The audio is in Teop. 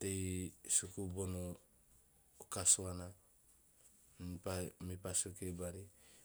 tei suku bono o kasuana, mepa- mepa sue kiri bari,